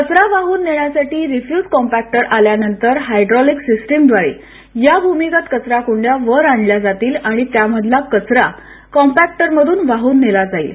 कचरा वाहून नेण्यासाठी रिफ्युज कॉम्पॅक्टर आल्यानंतर हायड्रोलिक सिस्टिमव्दारे या भूमीगत कचराकुंड्या वर आणल्या जातील आणि त्यामधील कचरा कॉम्पॅक्टरमधून वाहून नेला जाईल